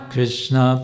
Krishna